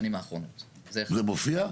הוועדה המחוזית חושבת שהמתכנן שלה ממש השתגע,